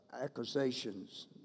accusations